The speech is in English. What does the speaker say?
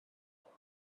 poem